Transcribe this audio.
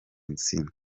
inzira